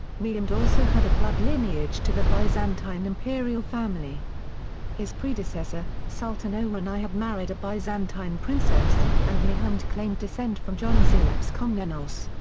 mehmed also had a blood lineage to the byzantine imperial family his predecessor, sultan orhan i had married a byzantine princess, and mehmed claimed descent from john tzelepes komnenos.